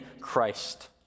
Christ